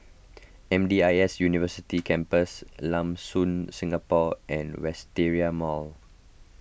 M D I S University Campus Lam Soon Singapore and Wisteria Mall